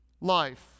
life